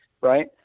right